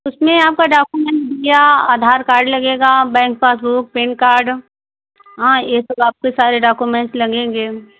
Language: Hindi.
उसमें आपका डॉक्यूमेंट भैया आधार कार्ड लगेगा बैंक पासबुक पेन कार्ड हाँ ये सब आप के सारे डॉक्यूमेंट लगेंगे